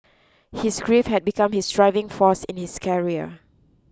his grief had become his driving force in his career